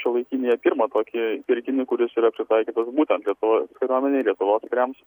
šiuolaikinį pirmą tokį pirkinį kuris yra pritaikytas būtent lietuvo kariuomenei lietuvos kariams